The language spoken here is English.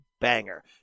banger